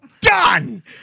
done